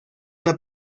una